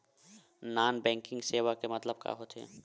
Non banking सेवा के मतलब का होथे?